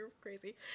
crazy